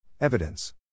Evidence